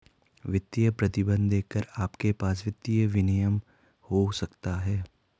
वित्तीय प्रतिबंध देखकर आपके पास वित्तीय विनियमन हो सकता है